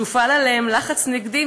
שהופעל עליהם לחץ נגדי,